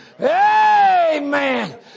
Amen